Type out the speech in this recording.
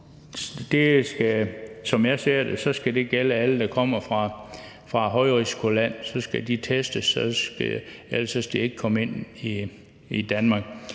som jeg ser det, gælde alle, der kommer fra et højrisikoland, at de skal testes, ellers skal de ikke kunne komme ind i Danmark.